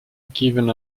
given